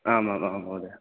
आम् आम् आं महोदय